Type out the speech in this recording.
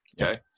Okay